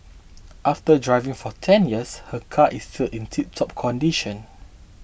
after driving for ten years her car is still in tiptop condition